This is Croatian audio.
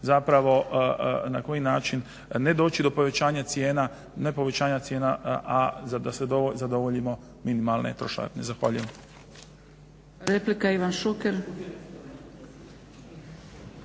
zapravo, na koji način ne doći do povećanja cijena a da zadovoljimo minimalne trošarine. Zahvaljujem.